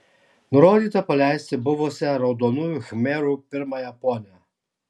nurodyta paleisti buvusią raudonųjų khmerų pirmąją ponią